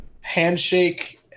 handshake